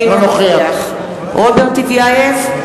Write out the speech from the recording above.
אינו נוכח רוברט טיבייב,